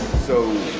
so,